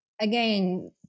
again